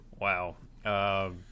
wow